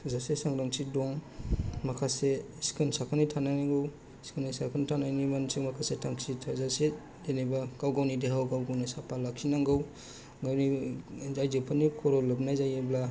थोजासे सांग्रांथि दं माखासे सिखोन साखोनै थानांगौ सिखोन साखोन थानायनि माखासे थांखि थोजासे जेनेबा गाव गावनि देहा गाव गावनि साफा लाखिनांगौ गावनि आयजोफोरनि खर' लोबनाय जायोबा